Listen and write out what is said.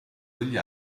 degli